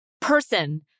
person